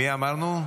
מי אמרנו?